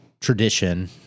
tradition